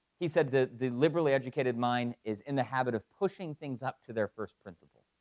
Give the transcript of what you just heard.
he said that the liberally educated mind is in the habit of pushing things up to their first principle.